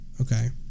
Okay